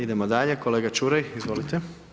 Idemo dalje, kolega Čuraj, izvolite.